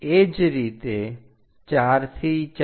એ જ રીતે 4 થી 4